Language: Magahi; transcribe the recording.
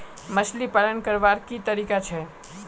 मछली पालन करवार की तरीका छे?